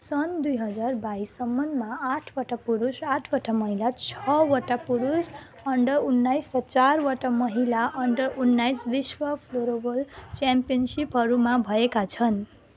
सन् दुई हजार बाइससम्ममा आठवटा पुरुष आठवटा महिला छवटा पुरुष अन्डर उन्नाइस र चारवटा महिला अन्डर उन्नाइस विश्व फ्लोरबल च्याम्पियनसिपहरू भएका छन्